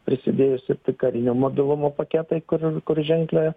prisidėjus ir tai karinio mobilumo paketai kur ir kur ženklią